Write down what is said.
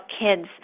kids